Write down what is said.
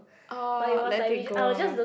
orh let it go ah